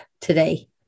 today